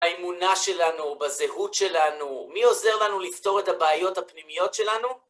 האמונה שלנו, בזהות שלנו, מי עוזר לנו לפתור את הבעיות הפנימיות שלנו?